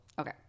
okay